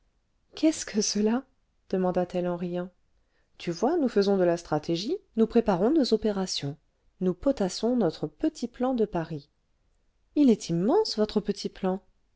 qu'est-ce que cela demanda-t-elle en riant tu vois nous faisons de la stratégie nous préparons nos opérations nous potassons notre petit plan de paris au sommet de l'arc de triomphe r est immense votre petit plan